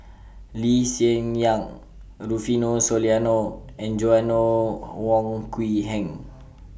Lee Hsien Yang Rufino Soliano and Joanna Wong Quee Heng